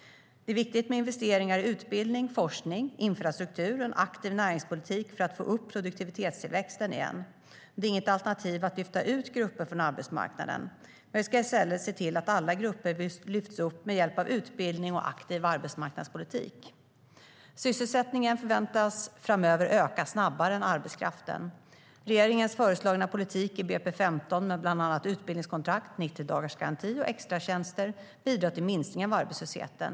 Det är viktigt med investeringar i utbildning, forskning, infrastruktur och en aktiv näringspolitik för att få upp produktivitetstillväxten igen. Det är inget alternativ att lyfta ut grupper från arbetsmarknaden; vi ska i stället se till att alla grupper lyfts upp med hjälp av utbildning och aktiv arbetsmarknadspolitik. Sysselsättningen förväntas framöver öka snabbare än arbetskraften. Regeringens föreslagna politik i budgetpropositionen 2015, med bland annat utbildningskontrakt, 90-dagarsgarantin och extratjänster, bidrar till minskningen av arbetslösheten.